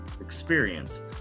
experience